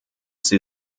sie